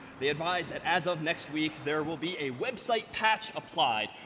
they advise that as of next week, there will be a website patch applied.